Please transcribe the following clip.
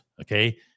okay